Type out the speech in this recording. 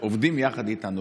עובדים יחד איתנו,